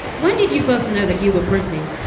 when did you first know that you were pretty?